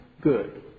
good